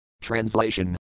Translation